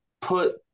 put